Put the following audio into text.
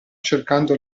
cercando